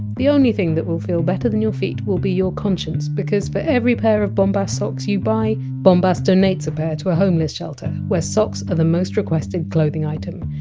the only thing that! ll feel better than your feet will be your conscience, because for every pair of bombas socks you buy, bombas donates a pair to a homeless shelter, where socks are the most requested clothing item.